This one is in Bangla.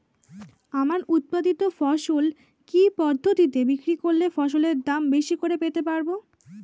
আমার উৎপাদিত ফসল কি পদ্ধতিতে বিক্রি করলে ফসলের দাম বেশি করে পেতে পারবো?